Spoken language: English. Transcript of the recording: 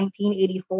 1984